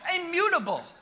immutable